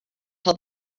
tell